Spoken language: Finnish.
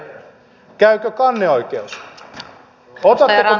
otatteko meidän esityksemme